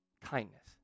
Kindness